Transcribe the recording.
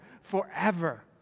forever